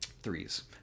threes